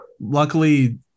Luckily –